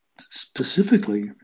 specifically